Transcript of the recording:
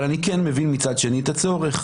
אבל אני כן מבין מצד שני את הצורך.